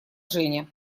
женя